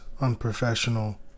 unprofessional